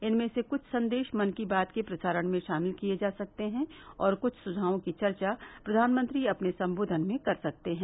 इनमें से कुछ संदेश मन की बात के प्रसारण में शामिल किए जा सकते हैं और कुछ सुझावों की चर्चा प्रधानमंत्री अपने संबोधन में कर सकते हैं